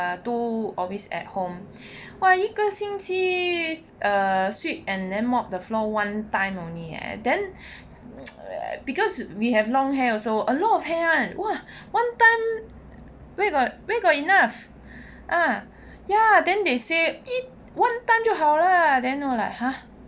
ah two always at home !wah! 一个星期 err sweep and then mop the floor one time only eh then because we have long hair also a lot of hair [one] one time where got where got enough ah ya then they say one time 就好 lah then 我 like !huh!